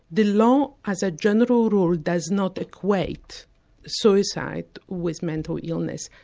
the law as a general rule does not equate suicide with mental illness.